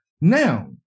Now